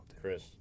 Chris